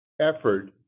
effort